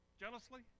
Jealously